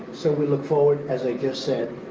so we look forward, as i just said,